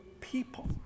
people